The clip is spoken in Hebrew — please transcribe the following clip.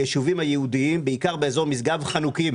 היישובים היהודיים, בעיקר באזור משגב, הם חנוקים